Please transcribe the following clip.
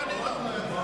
אתה צריך לדבר?